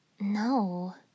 No